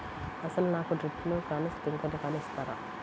అసలు నాకు డ్రిప్లు కానీ స్ప్రింక్లర్ కానీ ఇస్తారా?